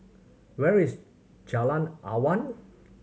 where is Jalan Awan